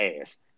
ass